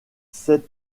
sept